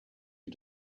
you